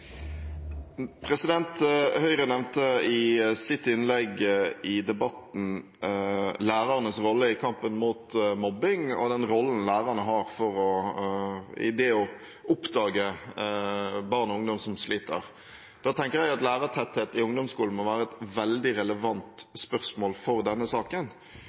Høyre nevnte i sitt innlegg i debatten lærernes rolle i kampen mot mobbing, og den rollen lærerne har for å oppdage barn og ungdom som sliter. Jeg tenker at lærertetthet i ungdomsskolen må være et veldig relevant spørsmål for denne saken